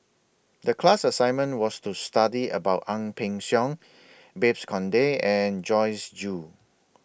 The class assignment was to study about Ang Peng Siong Babes Conde and Joyce Jue